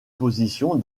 position